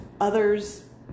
others